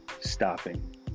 stopping